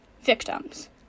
victims